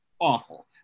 awful